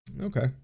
Okay